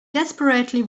desperately